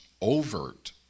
overt